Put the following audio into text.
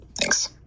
thanks